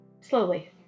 slowly